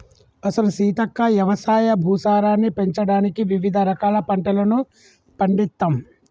అసలు సీతక్క యవసాయ భూసారాన్ని పెంచడానికి వివిధ రకాల పంటలను పండిత్తమ్